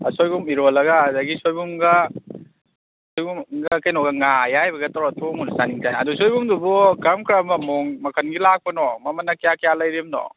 ꯁꯣꯏꯕꯨꯝ ꯏꯔꯣꯜꯂꯒ ꯑꯗꯒꯤ ꯁꯣꯏꯕꯨꯝꯒ ꯁꯣꯏꯕꯨꯝꯒ ꯀꯩꯅꯣꯒ ꯉꯥ ꯑꯌꯥꯏꯕꯒ ꯇꯧꯔ ꯊꯣꯡꯕꯗꯨ ꯆꯥꯅꯤꯡ ꯆꯥꯅꯤꯡ ꯑꯗꯨ ꯁꯣꯏꯕꯨꯝꯗꯨꯕꯨ ꯀꯔꯝ ꯀꯔꯝꯕ ꯃꯑꯣꯡ ꯃꯈꯜꯒꯤ ꯂꯥꯛꯄꯅꯣ ꯃꯃꯟꯅ ꯀꯌꯥ ꯀꯌꯥ ꯂꯩꯔꯤꯝꯅꯣ